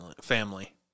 family